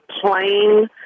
plain